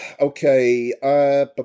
Okay